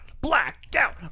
Blackout